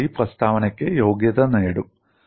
നമ്മൾ പോയി പ്രസ്താവനയ്ക്ക് യോഗ്യത നേടും